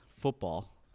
football